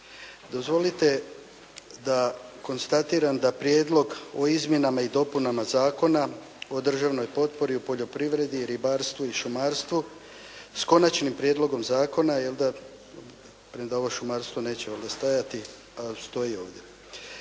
Dozvolite da konstatiram da Prijedlog o izmjenama i dopunama Zakona o državnoj potpori u poljoprivredi, ribarstvu i šumarstvu s Konačnim prijedlogom zakona, premda ovo šumarstvo neće onda stajati ali stoji ovdje,